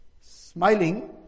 Smiling